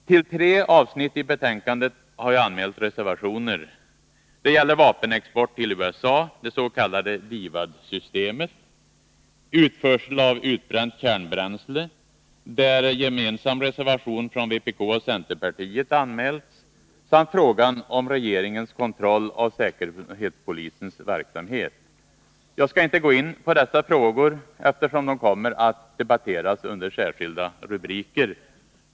Till tre avsnitt i betänkandet har jag anmält reservationer. Det gäller vapenexport till USA — det s.k. DIVAD-systemet —, utförsel av utbränt kärnbränsle, där gemensam reservation från vpk och centerpartiet anmälts, samt frågan om regeringens kontroll av säkerhetspolisens verksamhet. Jag skall inte gå in på dessa frågor, eftersom de kommer att debatteras under särskilda rubriker.